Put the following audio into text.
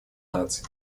наций